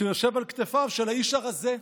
שיושב על כתפיו של האיש הרזה,